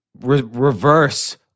reverse